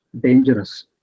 dangerous